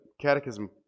catechism